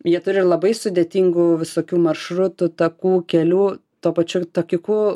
jie turi labai sudėtingų visokių maršrutų takų kelių tuo pačiu takiuku